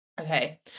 Okay